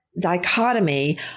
dichotomy